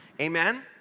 Amen